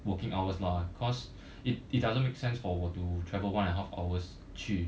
working hours lah cause it it doesn't make sense for 我 to travel one and a half hours 去